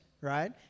right